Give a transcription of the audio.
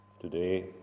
today